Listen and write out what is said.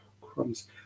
crumbs